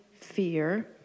fear